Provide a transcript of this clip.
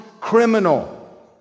criminal